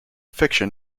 fiction